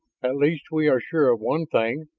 at least we are sure of one thing,